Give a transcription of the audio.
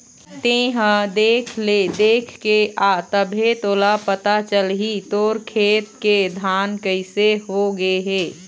तेंहा देख ले देखके आ तभे तोला पता चलही तोर खेत के धान कइसे हो गे हे